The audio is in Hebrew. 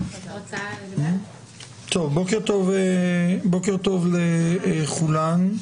בוקר טוב לכולם.